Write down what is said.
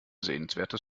sehenswertes